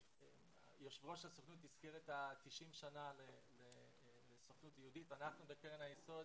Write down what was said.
יושב ראש הסוכנות הזכיר 90 שנים לסוכנות היהודית ואנחנו בקרן היסוד,